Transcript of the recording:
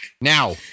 now